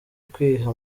kwiha